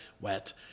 wet